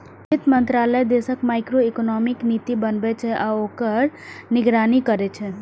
वित्त मंत्रालय देशक मैक्रोइकोनॉमिक नीति बनबै छै आ ओकर निगरानी करै छै